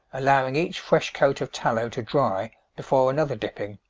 allowing each fresh coat of tallow to dry before another dipping.